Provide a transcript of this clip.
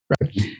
Right